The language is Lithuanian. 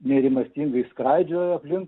nerimastingai skraidžiojo aplink